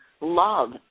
love